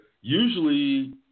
usually